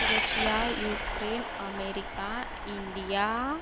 Russia Ukraine America India